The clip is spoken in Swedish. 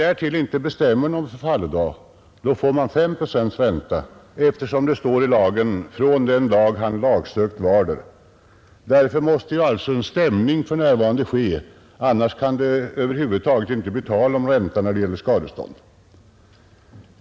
Är ingen förfallodag bestämd, utgår räntan efter 5 procent ”från den dag han lagsökt varder”. En stämning måste alltså ske annars kan över huvud taget inte ränta erhållas när det gäller skadestånd.